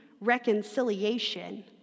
reconciliation